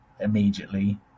immediately